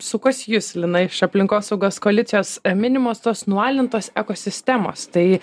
sukuos į jus lina iš aplinkosaugos koalicijos minimos tos nualintos ekosistemos tai